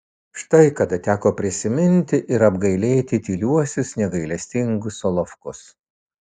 štai kada teko prisiminti ir apgailėti tyliuosius negailestingus solovkus